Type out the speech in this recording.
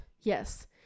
yes